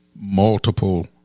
multiple